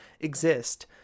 exist